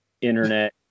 internet